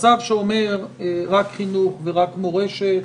מצב שאומר רק חינוך ורק מורשת,